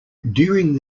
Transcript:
during